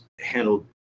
handled